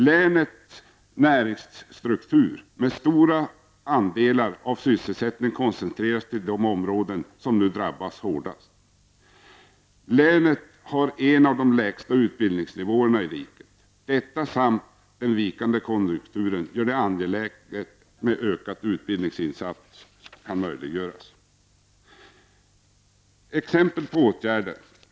Länets näringslivsstruktur, med stor andel av sysselsättningen koncentrerad till de områden som nu drabbats hårdast. Länet har en av de lägsta utbildningsnivåerna i riket. Detta, samt den vikande konjunkturen, gör det angeläget att ökade utbildningssatsningar möjliggörs.